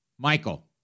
Michael